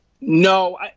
No